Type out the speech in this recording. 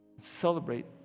Celebrate